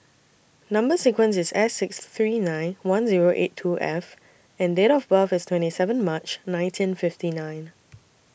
Number sequence IS S six three nine one Zero eight two F and Date of birth IS twenty seven March nineteen fifty nine